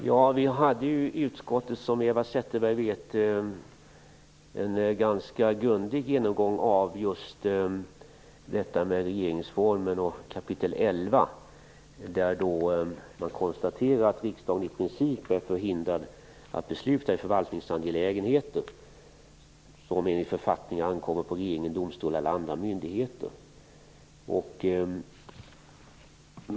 Herr talman! Som Eva Zetterberg vet hade vi i utskottet en ganska grundlig genomgång av just kapitel 11 i regeringsformen, och vi konstaterade då att riksdagen i princip är förhindrad att besluta i förvaltningsangelägenheter, som det enligt författningen ankommer på regeringen, domstolar eller andra myndigheter att besluta i.